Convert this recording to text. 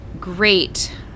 great